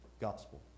gospel